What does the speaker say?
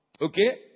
Okay